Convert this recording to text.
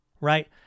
right